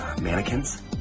mannequins